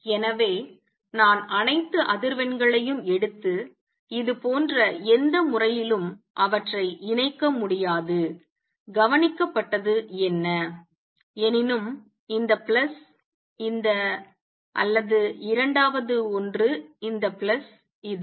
எனவே நான் அனைத்து அதிர்வெண்களையும் எடுத்து இது போன்ற எந்த முறையிலும் அவற்றை இணைக்க முடியாது கவனிக்கப்பட்டது என்ன எனினும் இந்த பிளஸ் இந்த அல்லது இரண்டாவது ஒன்று இந்த பிளஸ் இது